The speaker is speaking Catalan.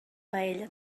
paella